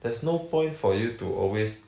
there's no point for you to always